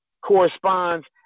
corresponds